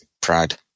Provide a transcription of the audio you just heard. Pride